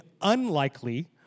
unlikely